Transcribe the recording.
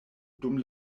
dum